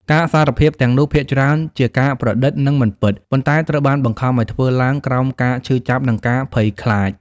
ការសារភាពទាំងនោះភាគច្រើនជាការប្រឌិត និងមិនពិត ប៉ុន្តែត្រូវបានបង្ខំឱ្យធ្វើឡើងក្រោមការឈឺចាប់ និងការភ័យខ្លាច។